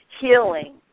healing